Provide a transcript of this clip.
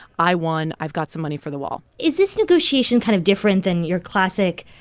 i won i've got some money for the wall? is this negotiation kind of different than your classic,